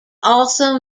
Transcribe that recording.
also